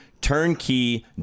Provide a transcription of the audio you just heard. turnkey